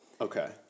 Okay